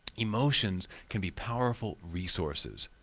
emotions can be powerful resources.